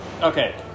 Okay